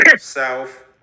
south